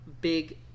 big